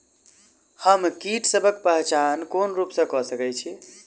हम कीटसबक पहचान कोन रूप सँ क सके छी?